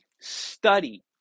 study